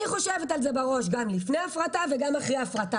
אני חושבת על זה בראש גם לפני הפרטה וגם אחרי הפרטה.